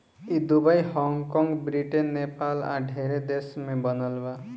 ई Dubai, Hong कॉग, Britain, Nepal आ ढेरे देश में बनल बा